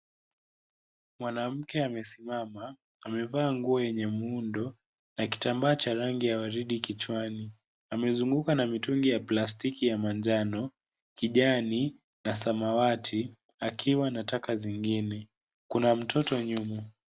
Mwanamke amesimama ameva nguo yenye muundo na kitambaa cha rangi ya waridi kichwani amezungukwa na mitungi ya plastiki ya manjano, kijani, na samawati akiwa na taka zingine kuna mtoto nyuma.